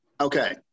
okay